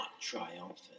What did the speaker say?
triumphant